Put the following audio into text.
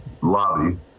lobby